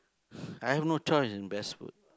I have no choice in best food